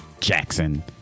Jackson